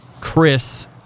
Chris